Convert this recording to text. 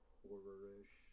horror-ish